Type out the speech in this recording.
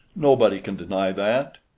nobody can deny that.